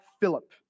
Philip